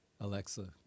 Alexa